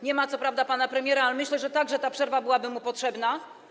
Nie ma co prawda pana premiera, ale myślę, że także ta przerwa byłaby mu potrzebna.